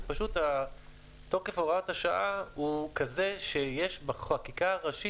פשוט תוקף הוראת השעה הוא כזה שיש בחקיקה הראשית